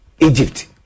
Egypt